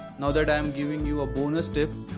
now that i am giving you a bonus tip.